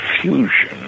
fusion